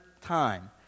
time